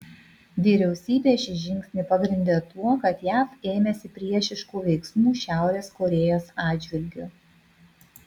vyriausybė šį žingsnį pagrindė tuo kad jav ėmėsi priešiškų veiksmų šiaurės korėjos atžvilgiu